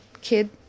kid